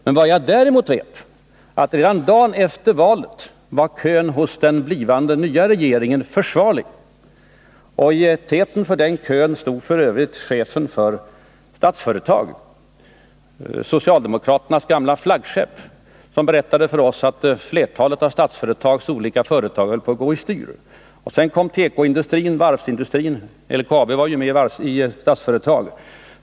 Men vad jag däremot vet är att redan dagen efter valet var kön hos den nya regeringen försvarlig. Och i täten för den kön stod f. ö. chefen för Statsföretag. socialdemokraternas gamla flaggskepp. Han berättade för oss att flertalet av Statsföretags olika företag höll på att gå över styr. Sedan kom representanter för stålindustrin, skogsindustrin, gruvorna, tekoindustrin och varvsindustrin — LKAB var ju med i Statsföretag.